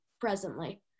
presently